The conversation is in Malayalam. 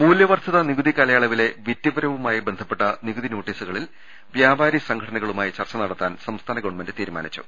മൂലൃവർദ്ധിത നികുതി കാലയളവിലെ വിറ്റുവരവുമായി ബന്ധ പ്പെട്ട നികുതി നോട്ടീസുകളിൽ വ്യാപാരി സംഘടനകളുമായി ചർച്ച നടത്താൻ സംസ്ഥാന ഗവൺമെന്റ് തീരുമാനിച്ചു